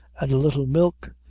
and a little milk,